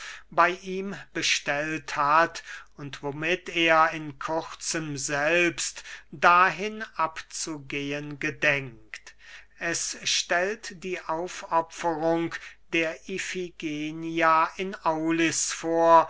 bey ihm bestellt hat und womit er in kurzem selbst dahin abzugehen gedenkt es stellt die aufopferung der ifigenia in aulis vor